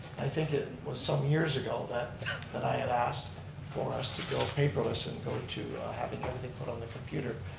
i think it was some years ago that that i had asked for us to go paperless, and go to having everything put on the computer.